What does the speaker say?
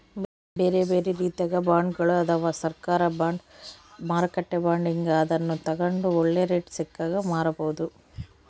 ಬೇರೆಬೇರೆ ರೀತಿಗ ಬಾಂಡ್ಗಳು ಅದವ, ಸರ್ಕಾರ ಬಾಂಡ್, ಮಾರುಕಟ್ಟೆ ಬಾಂಡ್ ಹೀಂಗ, ಅದನ್ನು ತಗಂಡು ಒಳ್ಳೆ ರೇಟು ಸಿಕ್ಕಾಗ ಮಾರಬೋದು